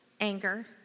anger